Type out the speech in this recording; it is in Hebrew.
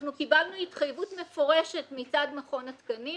אנחנו קיבלנו התחייבות מפורשת מצד מכון התקנים